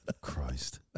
Christ